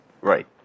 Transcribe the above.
right